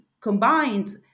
combined